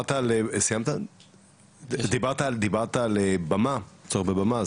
דיברת על הצורך בבמה,